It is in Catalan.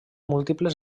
múltiples